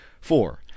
four